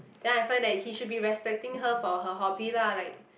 then I find that he should be respecting her for her hobby lah like